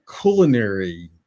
culinary